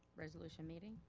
resolution meeting.